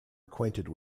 acquainted